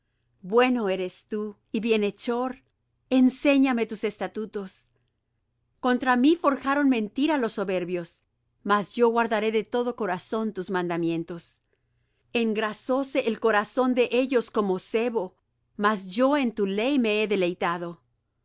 bueno eres tú y bienhechor enséñame tus estatutos contra mí forjaron mentira los soberbios mas yo guardaré de todo corazón tus mandamientos engrasóse el corazón de ellos como sebo mas yo en tu ley me he deleitado